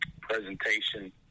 presentation